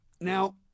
Now